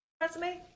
resume